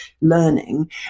learning